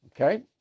Okay